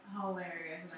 hilarious